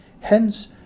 Hence